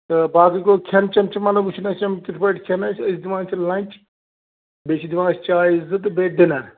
تہٕ باقٕے گوٚو کھٮ۪ن چٮ۪ن چھُ مطلب وُچھن اَسہِ یِم کِتھٕ پٲٹھۍ کھٮ۪ن اَسہِ أسۍ دِوان چھِ لنٛچ بیٚیہِ چھِ دِوان أسۍ چایہِ زٕ تہٕ بیٚیہِ ڈِنر